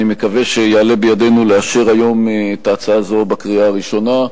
אני מקווה שיעלה בידנו לאשר היום את ההצעה הזאת בקריאה הראשונה,